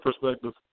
perspective